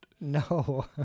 No